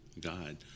God